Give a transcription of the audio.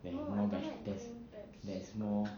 there is no there's no